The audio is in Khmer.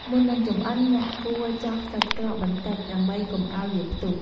មុននឹងចម្អិន អ្នកគួរ ចោះសាច់ក្រកបន្តិច ដើម្បីកុំឱ្យវាផ្ទុះ។